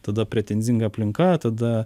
tada pretenzinga aplinka tada